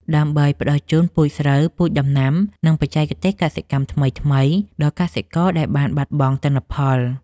ដើម្បីផ្តល់នូវពូជស្រូវ ពូជដំណាំ និងបច្ចេកទេសកសិកម្មថ្មីៗដល់កសិករដែលបានបាត់បង់ទិន្នផល។